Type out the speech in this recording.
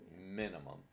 minimum